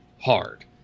hard